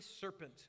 serpent